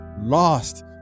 lost